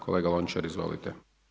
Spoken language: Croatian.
Kolega Lončar izvolite.